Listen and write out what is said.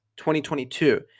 2022